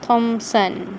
thompson